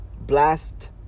Blast